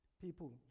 people